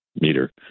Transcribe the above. meter